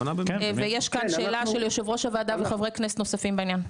ויש כאן שאלה של יו"ר הוועדה וחברי כנסת נוספים בעניין.